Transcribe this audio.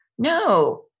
No